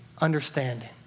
understanding